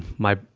my